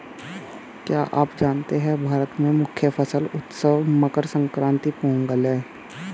क्या आप जानते है भारत में मुख्य फसल उत्सव मकर संक्रांति, पोंगल है?